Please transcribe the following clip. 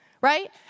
right